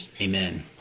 Amen